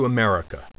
America